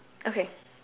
okay